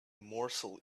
morsel